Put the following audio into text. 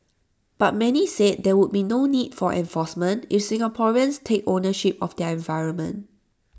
but many said there would be no need for enforcement if Singaporeans take ownership of their environment